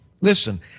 Listen